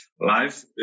life